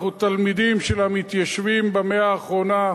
אנחנו תלמידים של המתיישבים במאה האחרונה,